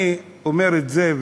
אני אומר את זה,